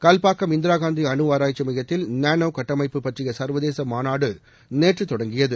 கவ்பாக்கம் இந்திரா காந்தி அனு ஆராய்ச்சி மையத்தில் நானோ கட்டமைப்பு பற்றிய சர்வதேச மாநாடு நேற்று தொடங்கியது